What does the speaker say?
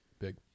big